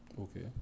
Okay